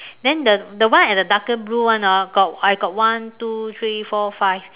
then the the one at the darker blue one orh got I got one two three four five